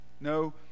No